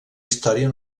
història